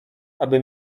aby